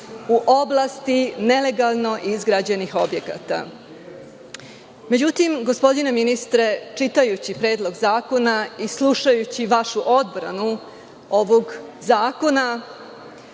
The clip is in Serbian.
u oblasti nelegalno izgrađenih objekata.Međutim, gospodine ministre, čitajući Predlog zakona i slušajući vašu odbranu ovog zakona,